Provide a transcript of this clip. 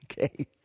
okay